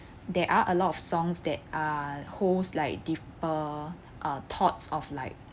there are a lot of songs that are holds like deeper uh thoughts of like